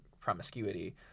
promiscuity